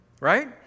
Right